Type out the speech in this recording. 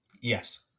Yes